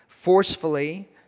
Forcefully